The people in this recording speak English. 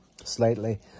slightly